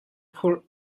phurh